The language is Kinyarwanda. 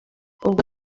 ubwo